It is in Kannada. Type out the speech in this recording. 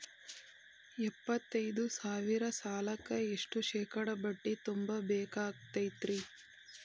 ಎಪ್ಪತ್ತೈದು ಸಾವಿರ ಸಾಲಕ್ಕ ಎಷ್ಟ ಶೇಕಡಾ ಬಡ್ಡಿ ತುಂಬ ಬೇಕಾಕ್ತೈತ್ರಿ?